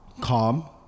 calm